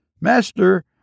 Master